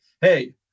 hey